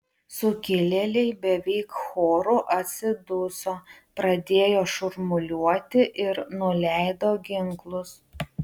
sukilėliai beveik choru atsiduso pradėjo šurmuliuoti ir nuleido ginklus